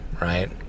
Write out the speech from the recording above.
right